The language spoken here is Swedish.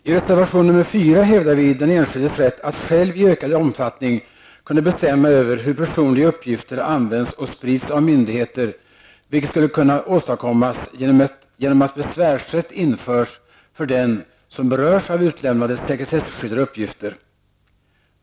I reservation nr 4 hävdar vi den enskildes rätt att själv i ökad omfattning kunna bestämma över hur personliga uppgifter används och sprids av myndigheter, vilket skulle kunna åstadkommas genom att besvärsrätt införs för den som berörs av utlämnade sekretesskyddade uppgifter.